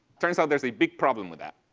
turns out there's a big problem with that.